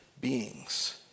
beings